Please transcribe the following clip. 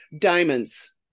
diamonds